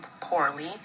poorly